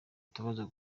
utubazo